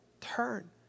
turn